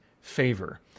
favor